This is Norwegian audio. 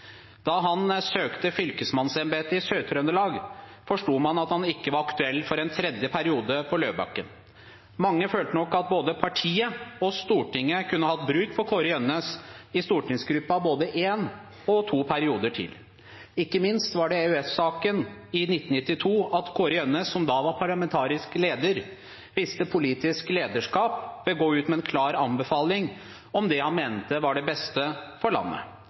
Da han søkte fylkesmannsembetet i Sør-Trøndelag, forsto man at han ikke var aktuell for en tredje periode på Løvebakken. Mange følte nok at både partiet og Stortinget kunne hatt bruk for Kåre Gjønnes i stortingsgruppen i både én og to perioder til. Ikke minst var det i EØS-saken i 1992 at Kåre Gjønnes, som da var parlamentarisk leder, viste politisk lederskap ved å gå ut med en klar anbefaling om det han mente var det beste for landet.